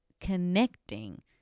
connecting